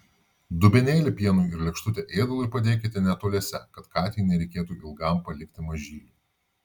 dubenėlį pienui ir lėkštutę ėdalui padėkite netoliese kad katei nereikėtų ilgam palikti mažylių